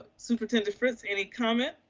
ah superintendent fritz, any comment?